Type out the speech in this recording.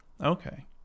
Okay